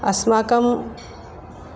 अस्माकं